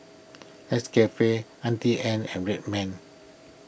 Nescafe Auntie Anne's and Red Man